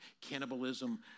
cannibalism